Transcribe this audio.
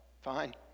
fine